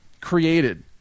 created